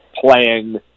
playing